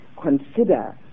consider